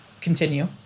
continue